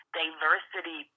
diversity